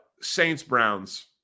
Saints-Browns